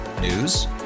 News